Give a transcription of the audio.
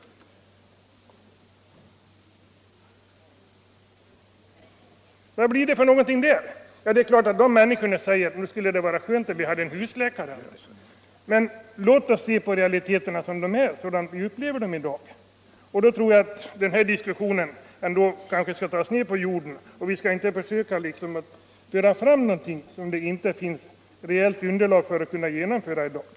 Vad blir det där? Det är klart att de människorna säger: Nog skulle det vara skönt om vi hade husläkare. Men låt oss se på realiteterna, såsom vi upplever dem i dag. Då tror jag att den här diskussionen kan föras ned på jorden. Vi skall inte försöka föra fram förslag om någonting som det inte finns reellt underlag för att kunna genomföra i dag.